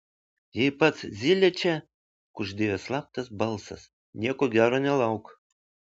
jei pats zylė čia kuždėjo slaptas balsas nieko gero nelauk